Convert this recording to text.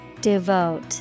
Devote